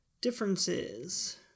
differences